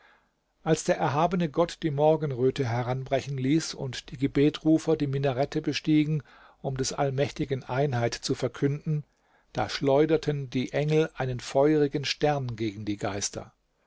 als der erhabene gott die morgenröte heranbrechen ließ und die gebetrufer die minarette bestiegen um des allmächtigen einheit zu verkünden da schleuderten die engel einen feurigen stern gegen die geister